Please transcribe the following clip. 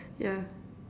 ya